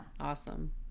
Awesome